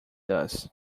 does